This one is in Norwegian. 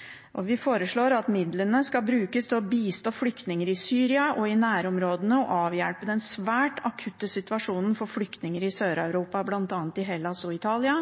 menneskerettar. Vi foreslår at midlene skal brukes til å bistå flyktninger i Syria og i nærområdene og avhjelpe den svært akutte situasjonen for flyktninger i Sør-Europa, bl.a. i Hellas og i Italia,